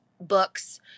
books